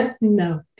No